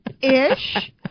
Ish